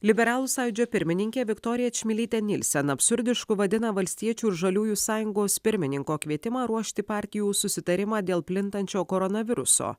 liberalų sąjūdžio pirmininkė viktorija čmilytė nielsen absurdišku vadina valstiečių ir žaliųjų sąjungos pirmininko kvietimą ruošti partijų susitarimą dėl plintančio koronaviruso